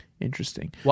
Interesting